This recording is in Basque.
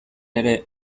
ere